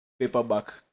paperback